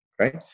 right